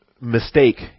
mistake